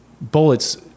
bullets